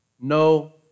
No